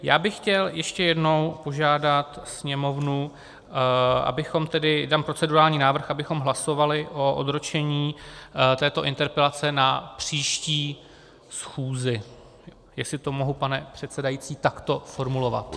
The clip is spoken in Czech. Já bych chtěl ještě jednou požádat sněmovnu, dám procedurální návrh, abychom tedy hlasovali o odročení této interpelace na příští schůzi, jestli to mohu, pane předsedající, takto formulovat.